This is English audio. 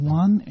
one